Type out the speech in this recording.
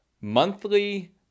monthly